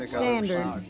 standard